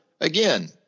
again